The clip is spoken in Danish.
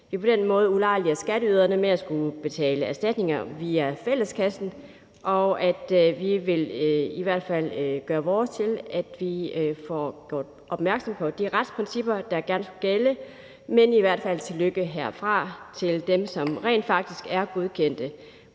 at vi på den måde ulejliger skatteyderne med at skulle betale erstatninger via fælleskassen, og vi vil i hvert fald gøre vores til, at vi får gjort opmærksom på de retsprincipper, der gerne skulle gælde. Men i hvert fald tillykke herfra til dem, som rent faktisk er godkendt